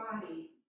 body